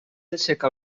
aixecar